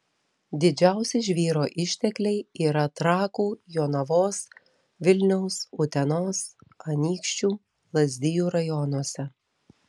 didžiausi žvyro ištekliai yra trakų jonavos vilniaus utenos anykščių lazdijų rajonuose